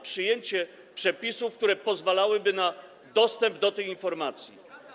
przyjęcie przepisów, które pozwalałyby na dostęp do tych informacji.